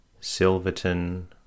Silverton